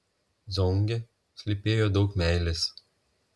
zonge slypėjo daug meilės